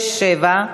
6 ו-7,